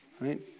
Right